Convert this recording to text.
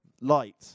light